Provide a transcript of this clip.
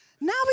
Now